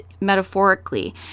metaphorically